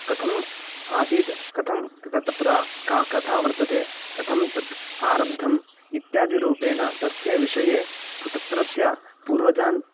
कथम् आसीत् कथं क्त तत्र का कथा वर्तते कथं तत् आरब्धम् इत्यादि रूपेण तस्य विषये प् तत्रत्य पूर्वजान्